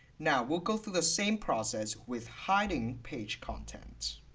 now we'll go through the same process with hiding page content